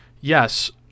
yes